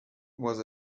was